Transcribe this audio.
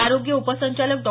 आरोग्य उप संचालक डॉ